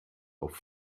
auf